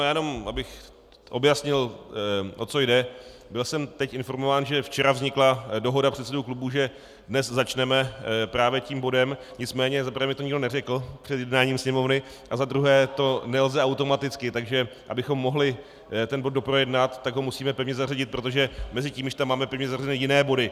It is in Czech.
Jenom abych objasnil, o co jde, byl jsem teď informován, že včera vznikla dohoda předsedů klubů, že dnes začneme právě tím bodem, nicméně za prvé mi to nikdo neřekl před jednáním Sněmovny a za druhé to nelze automaticky, takže abychom mohli ten bod doprojednat, tak ho musíme pevně zařadit, protože mezitím už tam máme pevně zařazené jiné body.